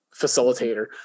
facilitator